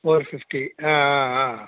four fifty